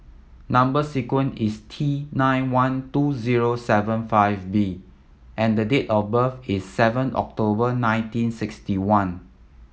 number sequence is T nine one two zero seven five B and the date of birth is seven October nineteen sixty one